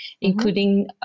including